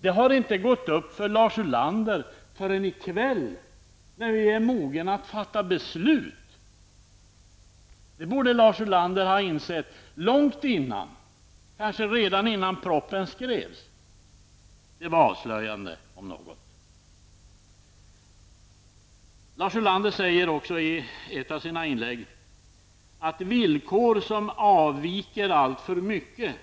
Det har inte gått upp för Lars Ulander förrän i kväll, när vi är mogna att fatta beslut! Det borde Lars Ulander ha insett långt dessförinnan, kanske redan innan propositionen skrevs. Detta är avslöjande om något. Lars Ulander säger också i ett av sina inlägg att villkor som avviker alltför mycket